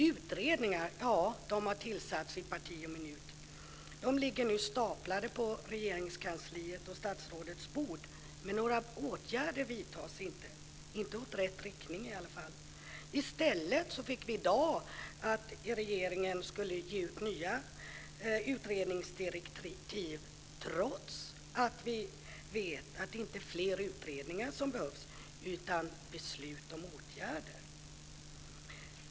Utredningar har tillsatts i parti och minut, och de ligger nu staplade på Regeringskansliet och statsrådets bord. Men några åtgärder vidtas inte, i alla fall inte i rätt riktning. I stället fick vi i dag höra att regeringen skulle ge ut nya utredningsdirektiv, trots att vi vet att det inte är fler utredningar som behövs utan beslut om åtgärder.